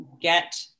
get